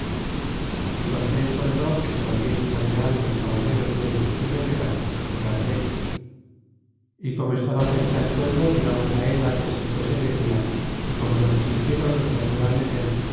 y cortés mandó que se volviesen al real los caballeros dueños cuyos eran curar dellos y como estaba cerca el pueblo llegamos á él antes que fuese de dia y como nos sintieron los naturales dél